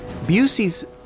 Busey's